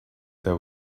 there